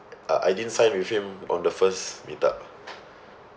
I I didn't sign with him on the first meetup